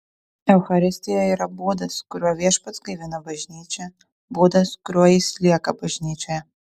eucharistija yra būdas kuriuo viešpats gaivina bažnyčią būdas kuriuo jis lieka bažnyčioje